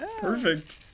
Perfect